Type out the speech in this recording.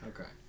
okay